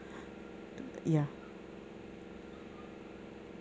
ya